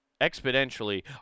exponentially